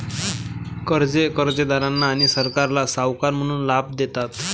कर्जे कर्जदारांना आणि सरकारला सावकार म्हणून लाभ देतात